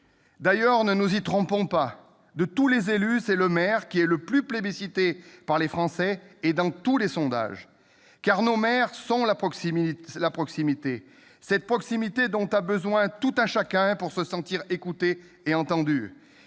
D'ailleurs, ne nous y trompons pas : de tous les élus, le maire est le plus plébiscité par les Français, dans tous les sondages. Car nos maires sont la proximité. Cette proximité dont a besoin tout un chacun pour se sentir écouté et entendu.